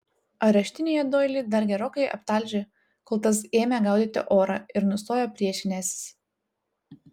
areštinėje doilį dar gerokai aptalžė kol tas ėmė gaudyti orą ir nustojo priešinęsis